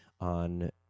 on